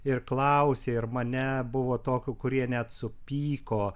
ir klausė ir mane buvo tokių kurie net supyko